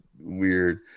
weird